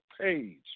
page